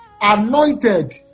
anointed